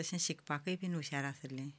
तशें शिकपाकय बी हुशार आशिल्लें